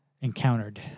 encountered